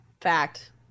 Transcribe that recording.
Fact